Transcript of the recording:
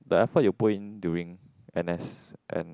the effort that you put in during n_s and